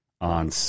on